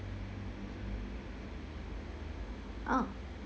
oh